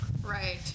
Right